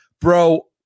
bro